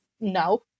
no